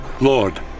Lord